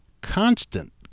constant